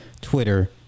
Twitter